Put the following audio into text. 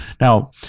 Now